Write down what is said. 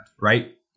right